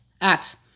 acts